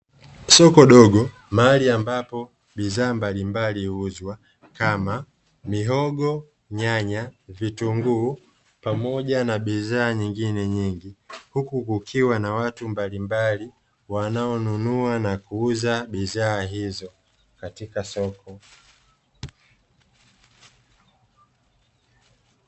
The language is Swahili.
Soko dogo mahali ambapo bidhaa mbalimbali huuza kama, mihogo, nyanya, vitunguu, pamoja na bidha nyingine nyingi, huku kukiwa na watu mbalimbali wanao nunua na kuuza bidhaa hizo katika soko.